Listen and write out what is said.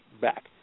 back